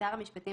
שר המשפטים,